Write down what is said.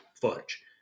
fudge